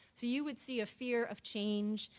so you would see a fear of change,